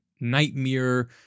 nightmare